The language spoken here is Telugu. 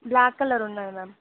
బ్లాక్ కలర్ ఉన్నాయి మ్యామ్